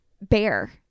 bear